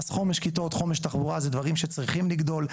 חומש כיתות, חומש תחבורה, זה דברים שצריכים לגדול.